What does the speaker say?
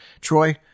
Troy